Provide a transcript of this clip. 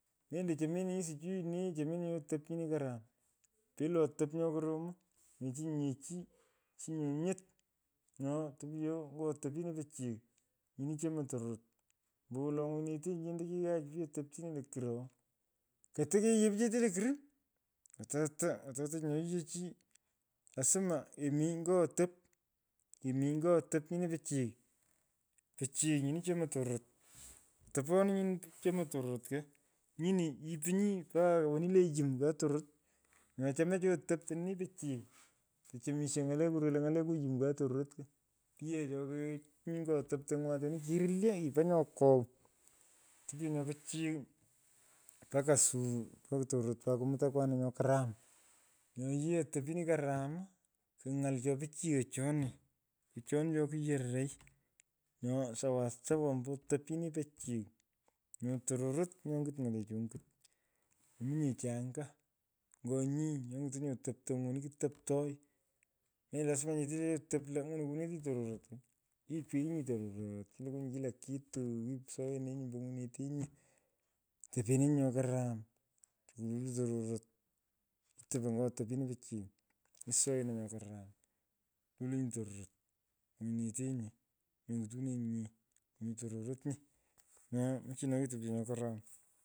Mendo chomenyi sichui nee. chomeninyi otop nyini karam. pita otop nyo karam. mechinyinye chii. chinyi onyot. nyoo topyoo ng’o otop nyini pichiy nyini chomey tororot. Ambowolo ng’unitenyi lendechi ghaach pich otoptino lokur ooo koto keyighei pichete lokurr. ataa ataa chi nyo yiyei chi pichi lusimu kemi nyo otop. kemi nyo otop nyini pichiy. pichiy jyini chomoi tororot otoponi chomei tororot ko nyini ghipinyi mpaka woni le yum kuu tororot. Nya chomo chi otoptonini pichiy. tochomisho ny. aleku. veloi ny. aleku yum kuu tororot ko. Pich. yee nyo nomi nyo otoptany’wa aton. kirilye yipo nyo kogh. topyo nyo pichiy moaka suu. pa tororot pat kumut akwane nyom karam. Nyo yee otopini karam. ny’ai cho pichiyech choni pohoni cho kiyoroy. Nyo sawasawa ombo otop nyini pichiy. Nyo tororot nyo nyut ny’alechi ong’it. mominye chi anga. nyo nyi nyo ngutonyi otoptang’u woni kitoptoy. Mendo lasma yee nyete le atop lo nywunoy kunetinyi. kila kitu. kikusuyoninyi ombo ngwinyinetenyi. Topeni nyi nyo kurom tokurelo tororot. itopo ngo otopini pichiy. kusoyonin nyo karam. kululinyi tororot. nywinyinetenyi menyutunenyinye. nywinyi tororot nyi. Nyo mchino ketopyo nyo karam.